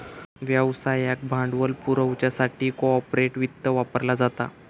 व्यवसायाक भांडवल पुरवच्यासाठी कॉर्पोरेट वित्त वापरला जाता